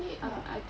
ah